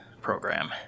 program